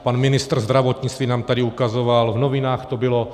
Pan ministr zdravotnictví nám to tady ukazoval, v novinách to bylo.